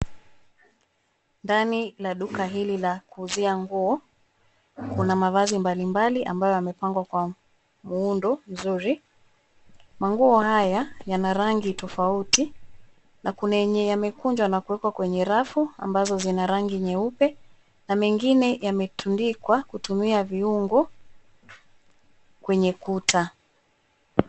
Ndani la duka hili la kuuzia nguo kuna mavazi mbalimbali ambayo yamepangwa kwa muundo mzuri. Manguo haya yana rangi tofauti ,na kuna yenye yamekunjwa na kuwekwa kwenye rafu ambazo zina rangi nyeupe na mengine yametundikwa kutumia viungo kwenye kuta.